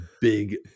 big